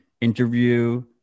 interview